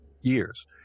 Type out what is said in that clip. years